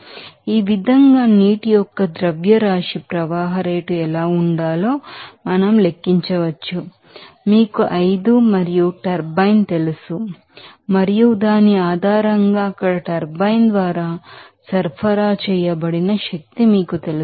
కాబట్టి ఈ విధంగా నీటి యొక్క మాస్ ఫ్లో రేట్ ఎలా ఉండాలో మనం లెక్కించవచ్చు మీకు 5 మరియు టర్బైన్ తెలుసు మరియు దాని ఆధారంగా అక్కడ టర్బైన్ ద్వారా సరఫరా చేయబడిన శక్తి మీకు తెలుసు